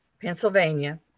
Pennsylvania